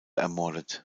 ermordet